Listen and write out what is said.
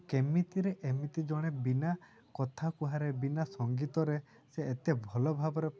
କେମିତିରେ ଏମିତି ଜଣେ ବିନା କଥା କୁହାରେ ବିନା ସଙ୍ଗୀତରେ ସେ ଏତେ ଭଲ ଭାବରେ